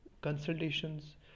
consultations